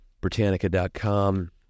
Britannica.com